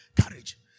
Courage